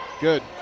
Good